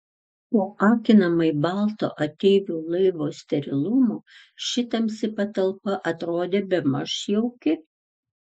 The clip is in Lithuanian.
po akinamai balto ateivių laivo sterilumo ši tamsi patalpa atrodė bemaž jauki